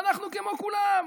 ואנחנו כמו כולם,